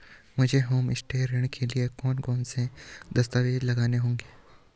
मुझे होमस्टे ऋण के लिए कौन कौनसे दस्तावेज़ लगाने होंगे?